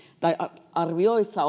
tai arvioissa